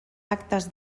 actes